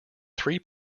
three